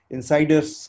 Insiders